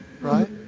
right